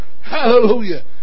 Hallelujah